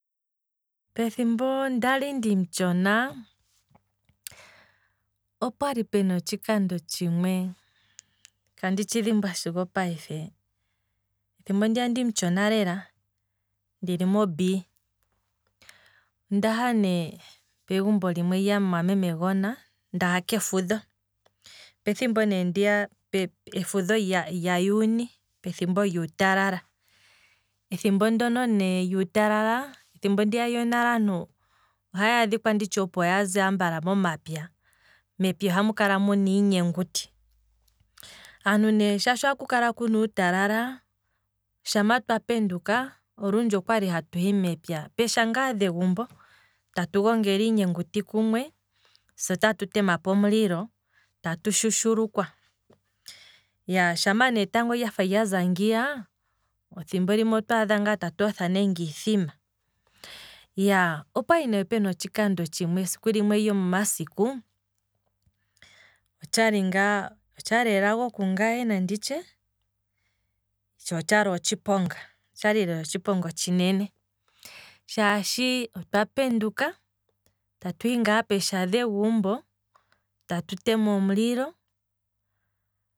Pethimbo ndali omutshona, opwali pena otshikando tshimwe, kandi tshidhimbwaa sigo opayife, ethimbo ndiya ndimutshona lela ndili mob, ondaha ne pegumbo limwe lyamumwameme gona ndaha kefudho, ethimbo ne ndiya efudho lyajuni, ethimbo ndiya lyuutalala, ethimbo ndono ne lyuutalala, ethimbo ndiya lyonale aantu ohaya adhikwa nditshi opo yazi ambala momapya, mepya ohamu kala muna iihenguti, aantu ne shaashi ohaku kala kuna uutalala, shampa twa penduka, olundji okwali hatu hi mepya. peesha ngaa dhegumbo, tatu gongele iihenguti kumwe, se otatu temapo omulilo tatu shushulukwa, iyaaa, shampa ne etango lyafa lyaza ngiya, olundji otwaadha ngaa tatu otha nenge iithima, opwali ne pena otshikando tshimwe, esiku limwe lyomomasiku, otshali ngaa, otshali elago kungaye nanditye, tsho otshali otshiponga, otshali lela otshiponga otshinene, shaashi otwa penduka tatu hi ngaa peesha dhegumbo, tatu tema omulilo